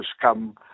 come